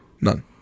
None